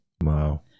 Wow